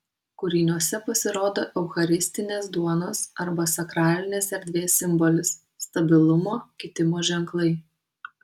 kūriniuose pasirodo eucharistinės duonos arba sakralinės erdvės simbolis stabilumo kitimo ženklai